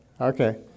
Okay